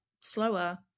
slower